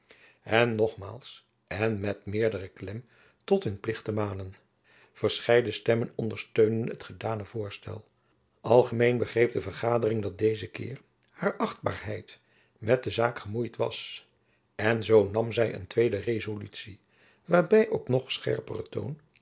hen nogmaals en met meerderen klem tot hun plicht te manen verscheiden stemmen ondersteunden het gedane voorstel algemeen begreep de vergadering dat dezen keer haar achtbaarheid met de zaak gemoeid was en zoo nam zy een tweede rezolutie waarby op nog scherperen toon